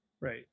Right